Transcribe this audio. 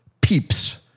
peeps